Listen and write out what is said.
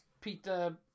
Peter